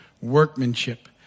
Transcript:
Workmanship